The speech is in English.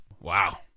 wow